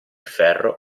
ferro